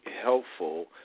helpful